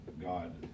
God